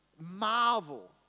marvel